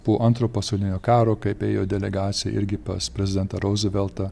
po antro pasaulinio karo kaip ėjo delegacija irgi pas prezidentą ruzveltą